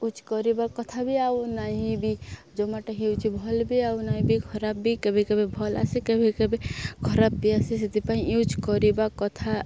use କରିବା କଥା ବି ଆଉ ନାହିଁ ବି ଜୋମାଟୋ ହେଉଛି ଭଲ୍ ବି ଆଉ ନାଇଁ ବି ଖରାପ ବି କେବେ କେବେ ଭଲ୍ ଆସେ କେବେ କେବେ ଖରାପ ବି ଆସେ ସେଥିପାଇଁ ୟୁଜ୍ କରିବା କଥା